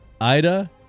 Ida